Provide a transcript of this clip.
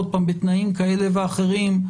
עוד פעם בתנאים כאלה ואחרים,